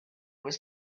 was